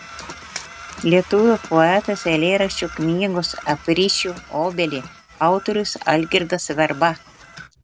lietuvių poetas eilėraščių knygos aprišiu obelį autorius algirdas verba